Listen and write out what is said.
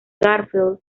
garfield